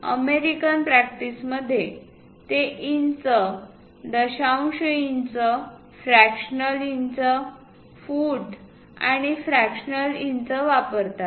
American प्रॅक्टिसमध्ये ते inch दशांश इंच फ्रॅक्शनल इंच फूट आणि फ्रॅक्शनल इंच वापरतात